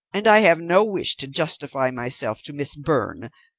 and i have no wish to justify myself to miss byrne,